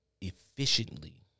efficiently